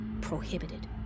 prohibited